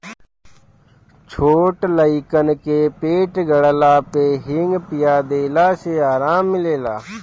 छोट लइकन के पेट गड़ला पे हिंग पिया देला से आराम मिलेला